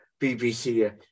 BBC